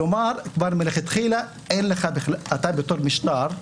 כלומר מלכתחילה אתה בתור משטר,